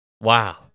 Wow